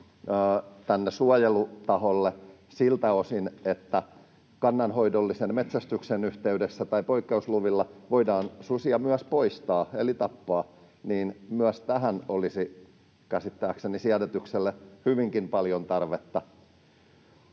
tänne suojelutaholle siltä osin, että kannanhoidollisen metsästyksen yhteydessä tai poikkeusluvilla voidaan susia myös poistaa eli tappaa. Myös tässä olisi käsittääkseni siedätykselle hyvinkin paljon tarvetta.